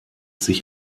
sich